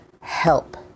help